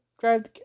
drive